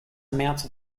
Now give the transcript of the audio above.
amounts